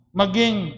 maging